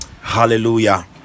hallelujah